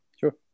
Sure